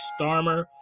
starmer